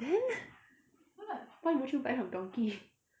then what would you buy from donki